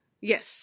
Yes